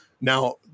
Now